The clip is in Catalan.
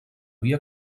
havia